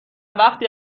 وقتی